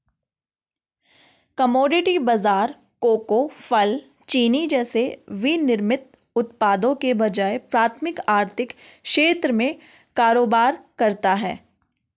commodity बाजार cocoa, फल, चीनी जैसे विनिर्मित उत्पादों के बजाय प्राथमिक आर्थिक क्षेत्र में कारोबार करता है